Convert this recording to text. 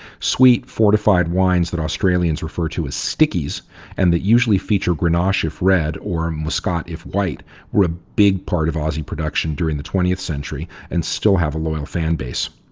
sweet, fortified wines that australians refer to as stickies and the usually feature grenache if red or muscat if white were a big part aussie production during the twentieth century and still have a loyal fan base.